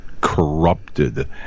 Corrupted